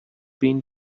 been